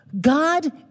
God